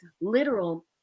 literal